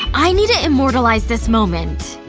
i need to immortalize this moment